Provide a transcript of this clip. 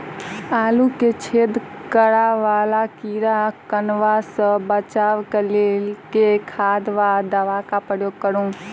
आलु मे छेद करा वला कीड़ा कन्वा सँ बचाब केँ लेल केँ खाद वा दवा केँ प्रयोग करू?